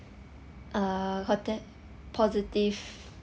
uh hotel positive